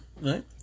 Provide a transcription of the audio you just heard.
Right